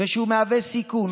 מהווה סיכון,